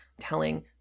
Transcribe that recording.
telling